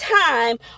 time